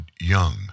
Young